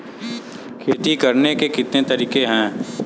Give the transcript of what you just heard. खेती करने के कितने तरीके हैं?